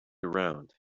around